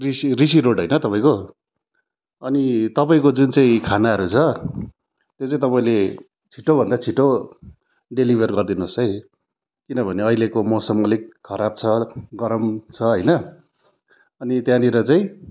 ऋषि Rishi road होइन तपाईँको अनि तपाईँको जुन चाहिँ खानाहरू छ त्यो चाहिँ तपाईँले छिट्टोभन्दा छिट्टो डेलिभर गरिदिनु होस् है किनभने अहिलेको मौसम अलिक खराब छ गरम छ होइन अनि त्यहाँनिर चाहिँ